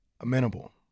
amenable